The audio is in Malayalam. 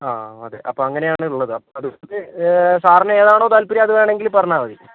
ആ അതെ അപ്പോൾ അങ്ങനെയാണുള്ളത് അപ്പോൾ അത്കൊണ്ട് സാറിന് ഏതാണോ താല്പര്യം അതുവേണമെങ്കിൽ പറഞ്ഞാൽ മതി